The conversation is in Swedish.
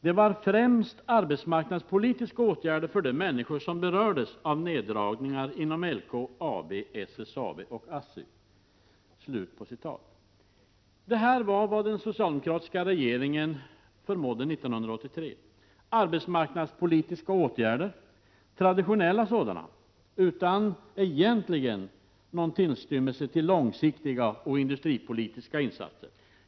——— Det var främst arbetsmarknadspolitiska åtgärder för de människor som berördes av neddragningar inom LKAB, SSAB och ASSI —--.” Detta var vad den socialdemokratiska regeringen förmådde 1983: arbetsmarknadspolitiska åtgärder, traditionella sådana, egentligen utan någon tillstymmelse till långsiktiga och industripolitiska insatser.